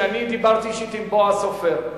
ואני דיברתי אישית עם בועז סופר.